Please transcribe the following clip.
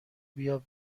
بیا